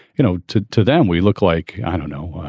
you know, to to them we look like, i don't know,